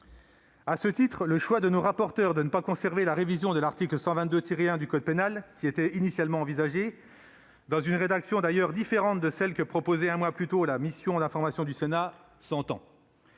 À ce titre, le choix de nos rapporteurs de ne pas conserver la révision de l'article 122-1 du code pénal initialement envisagée- dans une rédaction d'ailleurs différente de celle que proposait, un mois plus tôt, la mission d'information du Sénat -s'entend.